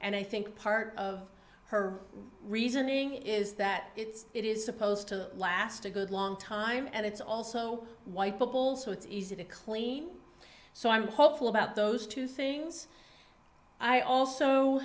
and i think part of her reasoning is that it is supposed to last a good long time and it's also white bubbles with easy to clean so i'm hopeful about those two things i also